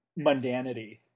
mundanity